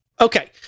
Okay